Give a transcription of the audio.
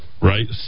right